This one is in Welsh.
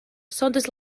saunders